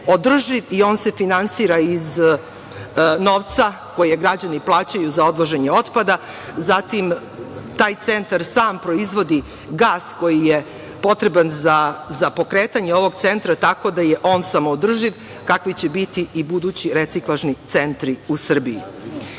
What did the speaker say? i on se finansira iz novca koji građani plaćaju za odvoženje otpada, zatim, taj centar sam proizvodi gas koji je potreban za pokretanje ovog centra, tako da je on samoodrživ, kakvi će biti i budući reciklažni centri u